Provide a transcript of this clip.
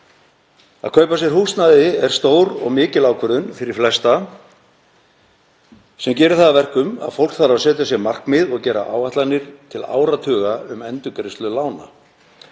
Að kaupa sér húsnæði er stór og mikil ákvörðun fyrir flesta sem gerir það að verkum að fólk þarf að setja sér markmið og gera áætlanir til áratuga um endurgreiðslu lána.